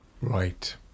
right